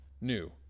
new